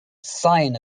scion